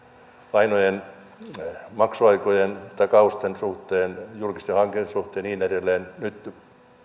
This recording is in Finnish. lainojen maksuaikojen ja takausten suhteen julkisten hankintojen suhteen ja niin edelleen nyt